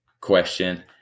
question